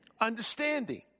understanding